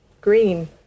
Green